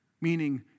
Meaning